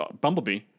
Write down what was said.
Bumblebee